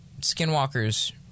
skinwalkers